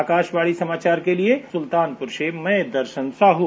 आकाशवाणी समाचार के लिए सुल्तानपुर से मैं दर्शन साहू